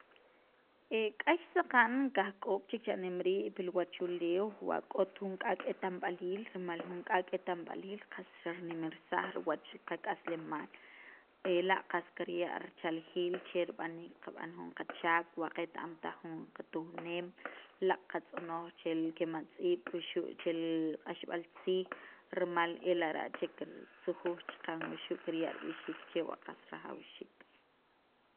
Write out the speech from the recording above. k'ax saqa'n kajk'ob' chek cha'nem rii' pi li wachuleew wa k'ot jun k'ak' eta'mb'aliil rimal jun k'ak' eta'mb'aliil qas xirnimersaj riwqach qak'aslemaal laaq' qas kirya' richaljiil che rib'aniik qab'an jun qachaak wa qet- am taj jun qatujneem laaq' qatz'ojo chel kematz'iib' wuxu' chel q'axb'al tziij rimal e lara' chek kirya' rib'ixiik wuxu' ritzujsiik wuxu' kirya' rib'ixiik chewa' qas rajawxiik.